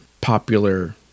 popular